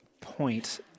point